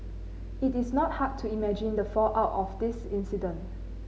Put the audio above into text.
it is not hard to imagine the fallout of this incident